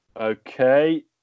Okay